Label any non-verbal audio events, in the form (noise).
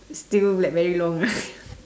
still like very long ah (laughs)